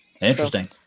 interesting